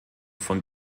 von